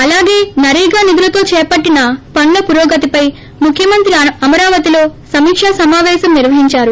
ఆలాగే నరేగా నిధులతో చేపట్టిన పనుల పురోగతిపై ముక్కమంత్రి అమరావతి లో సమీకక సమావేశం నిర్వహించారు